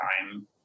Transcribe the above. time